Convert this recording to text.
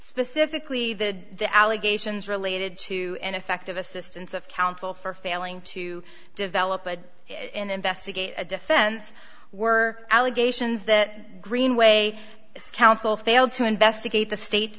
specifically the allegations related to ineffective assistance of counsel for failing to develop a in investigate a defense were allegations that greenway council failed to investigate the state